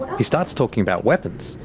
he starts talking about weapons.